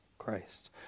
christ